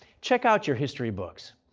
check out your history books.